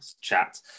chat